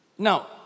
Now